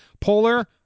polar